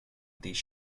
des